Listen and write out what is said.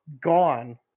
gone